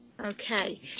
Okay